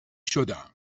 شدم